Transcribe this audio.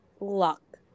luck